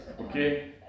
Okay